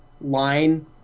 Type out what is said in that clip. line